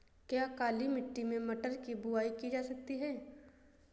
क्या काली मिट्टी में मटर की बुआई की जा सकती है?